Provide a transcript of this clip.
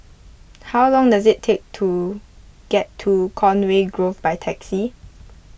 how long does it take to get to Conway Grove by taxi